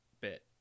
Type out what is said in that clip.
bit